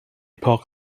park